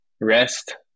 Rest